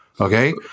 Okay